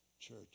Church